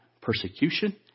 persecution